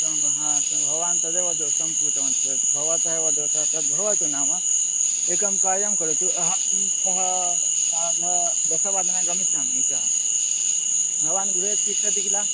एवं वा हा भवान् तदेव दोषं कृतवान् यद् भवतः एव दोषः तद् भवतु नाम एकं कार्यं करोतु अहं श्वः सार्धदशवादने गमिष्यामि ग्रामं भवान् गृहे तिष्ठति खिल